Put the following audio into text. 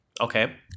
Okay